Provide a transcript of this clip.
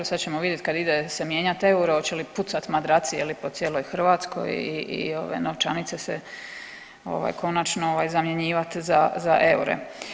Sad ćemo vidjeti kad ide se mijenjati euro hoće li pucat madraci po cijeloj Hrvatskoj i ove novčanice se konačno zamjenjivat za eure.